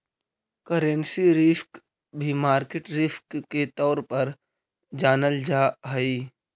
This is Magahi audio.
करेंसी रिस्क भी मार्केट रिस्क के तौर पर जानल जा हई